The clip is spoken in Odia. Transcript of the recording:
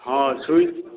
ହଁ ସୁଇଚ୍